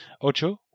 Ocho